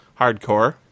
hardcore